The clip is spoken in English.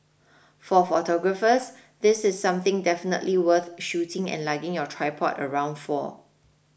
for photographers this is something definitely worth shooting and lugging your tripod around for